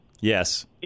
Yes